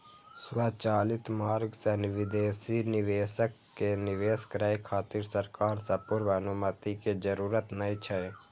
स्वचालित मार्ग सं विदेशी निवेशक कें निवेश करै खातिर सरकार सं पूर्व अनुमति के जरूरत नै छै